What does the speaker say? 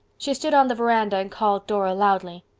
she stood on the veranda and called dora loudly.